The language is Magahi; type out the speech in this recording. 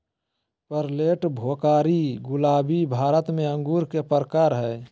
पर्लेट, भोकरी, गुलाबी भारत में अंगूर के प्रकार हय